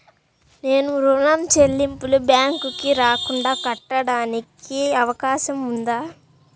నేను ఋణం చెల్లింపులు బ్యాంకుకి రాకుండా కట్టడానికి అవకాశం ఉందా?